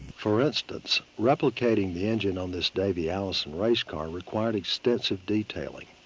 for instance, replicating the engine on this davey allison race car required extensive detailing.